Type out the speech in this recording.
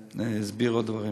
אסביר עוד דברים.